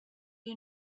you